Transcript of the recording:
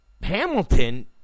Hamilton